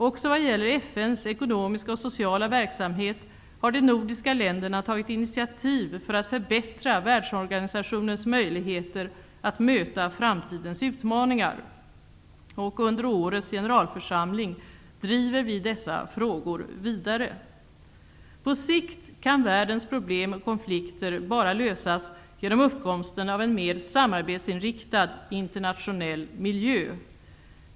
Också vad gäller FN:s ekonomiska och sociala verksamhet har de nordiska länderna tagit initiativ för att förbättra världsorganisationens möjligheter att möta framtidens utmaningar. Under årets generalförsamling driver vi dessa frågor vidare. På sikt kan världens problem och konflikter bara lösas genom uppkomsten av en mer samarbetsinriktad internationell miljö.